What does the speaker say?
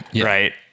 right